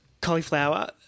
Cauliflower